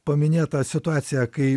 paminėta situacija kai